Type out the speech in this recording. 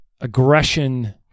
aggression